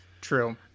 True